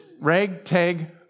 ragtag